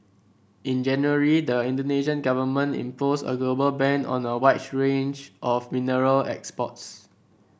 in January the Indonesian Government imposed a global ban on a wide range of mineral exports